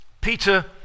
Peter